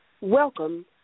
Welcome